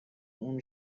اون